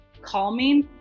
calming